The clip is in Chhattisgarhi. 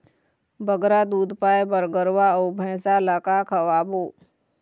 बगरा दूध पाए बर गरवा अऊ भैंसा ला का खवाबो?